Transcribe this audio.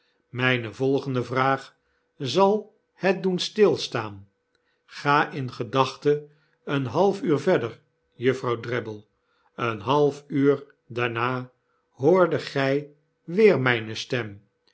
mpe volgende vraag zal het doen stilstaan ga in gedachten een half uur verder juffrouw drabble een half uur daarna hoordet gij weer myne stem